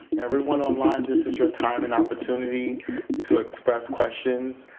everyone online, this is your time and opportunity to express questions.